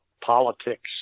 politics